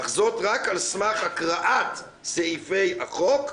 אך זאת רק על סמך הקראת סעיפי החוק,